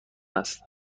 است